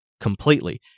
completely